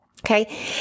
Okay